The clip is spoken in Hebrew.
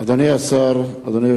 חבר הכנסת אזולאי.